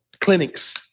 clinics